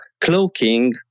cloaking